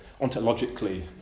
ontologically